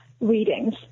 readings